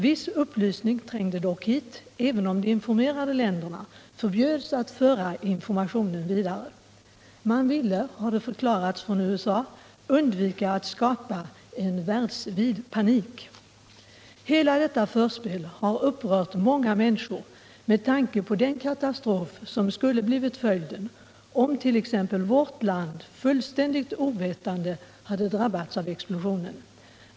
Viss upplysning trängde dock hit, även om de informerade länderna förbjöds att föra informationen vidare; man ville, har det förklarats från USA, undvika att skapa ”en världsvid panik”. Hela detta förspel har upprört många människor med tanke på den katastrof som skulle ha blivit följden om t.ex. vårt land fullständigt ovetande hade drabbats av explosionen.